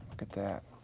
look at that,